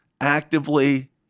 actively